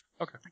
Okay